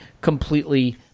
completely